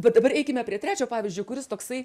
bet dabar eikime prie trečio pavyzdžio kuris toksai